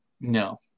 no